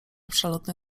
przelotne